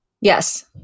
Yes